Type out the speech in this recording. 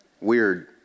weird